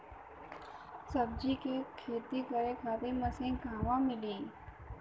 सब्जी के खेती करे खातिर मशीन कहवा मिली?